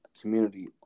Community